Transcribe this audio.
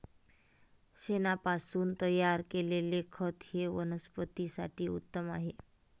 शेणापासून तयार केलेले खत हे वनस्पतीं साठी उत्तम आहे